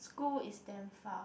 school is damn far